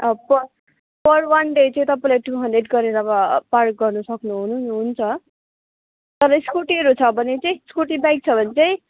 पर पर one day चाहिँ तपाईँलाई टु हन्ड्रेड गरेर अब पार्क गर्नु सक्नु हुनुन् हुन्छ तर स्कुटीहरू छ भने चाहिँ स्कुटी बाइक छ भने चाहिँ